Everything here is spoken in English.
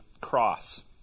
cross